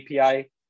API